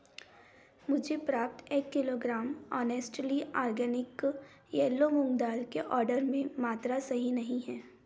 मुझे प्राप्त एक kilogram honestly organic yellow मूँग दाल के आर्डर में मात्रा सही नहीं है